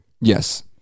Yes